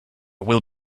will